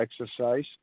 exercise